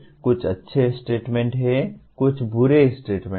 कुछ अच्छे स्टेटमेंट हैं कुछ बुरे स्टेटमेंट हैं